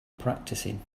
practicing